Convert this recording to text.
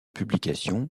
publications